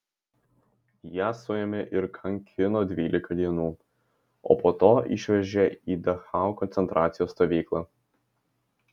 ją suėmė ir kankino dvylika dienų o po to išvežė į dachau koncentracijos stovyklą